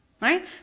right